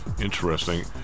interesting